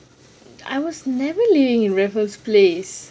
I was never living in raffles place